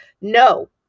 no